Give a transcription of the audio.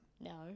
No